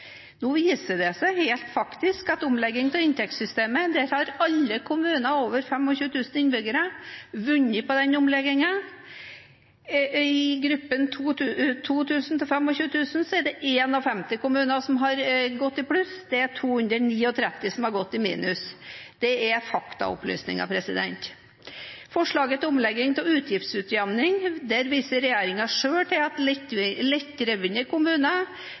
Nå viser det seg faktisk at når det gjelder omlegging av inntektssystemet, har alle kommuner over 25 000 innbyggere vunnet på den omleggingen. I gruppen 2 000–25 000 er det 51 kommuner som har gått i pluss, og 239 kommuner som har gått i minus. Det er faktaopplysninger. I forslaget til omlegging av utgiftsutjevning viser regjeringen selv til at lettdrevne kommuner